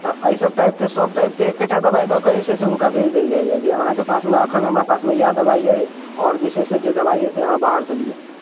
तऽ अइ सभ टाइपके सभ टाइपके एकेटा दबाइ दऽ कऽ जे छै से हुनका भेज देल जाइ छै जे अहाँके पासमे एखन हमरा पासमे इएह दबाइ अइ आओर जे छै से जे दबाइ अइसँ अहाँ बाहरसँ लिऽ